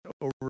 over